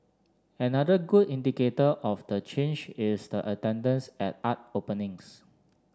another good indicator of the change is the attendance at art openings